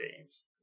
games